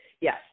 yes